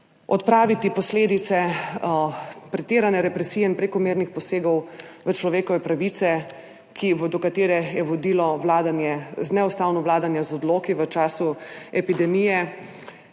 odpraviti posledice pretirane represije in prekomernih posegov v človekove pravice, do katerih je vodilo neustavno vladanje z odloki v času epidemije,